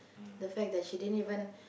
the fact that she didn't even